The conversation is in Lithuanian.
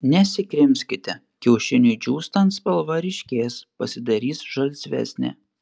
nesikrimskite kiaušiniui džiūstant spalva ryškės pasidarys žalsvesnė